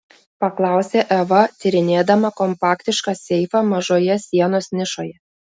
paklausė eva tyrinėdama kompaktišką seifą mažoje sienos nišoje